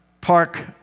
park